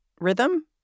rhythm